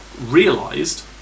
realised